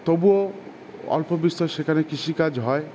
তবুও অল্প বিস্তর সেখানে কৃষিকাজ হয়